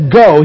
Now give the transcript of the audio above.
go